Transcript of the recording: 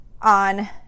on